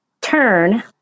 turn